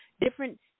different